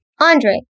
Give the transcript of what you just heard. Andre